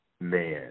man